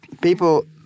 people